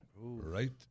Right